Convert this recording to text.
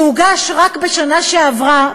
שהוגש רק בשנה שעברה,